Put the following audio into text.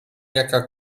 jaka